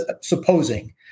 supposing